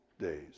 days